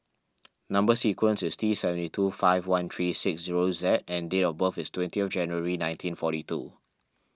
Number Sequence is T seventy two five one three six zero Z and date of birth is twenty of January nineteen forty two